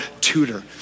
tutor